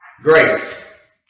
Grace